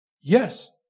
Yes